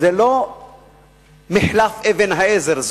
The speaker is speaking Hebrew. זה לא מחלף אבן-העזר,